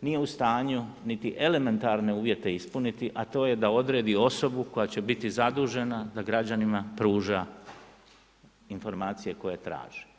nije u stanju niti elementarne uvjete ispuniti, a to je da odredi osobu koja će biti zadužena da građanima pruža informacije koje traži.